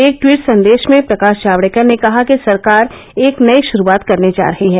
एक दवीट संदेश में प्रकाश जावड़ेकर ने कहा कि सरकार एक नई शुरूआत करने जा रही है